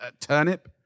Turnip